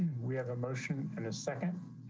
we have emotion in a second.